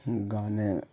گانے